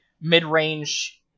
mid-range